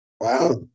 Wow